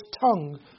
tongue